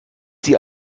sie